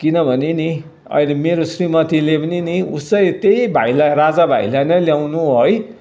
किनभने नि अहिले मेरो श्रीमतीले पनि नि उसै त्यही भाइलाई राजा भाइलाई नै ल्याउनु है